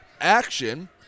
action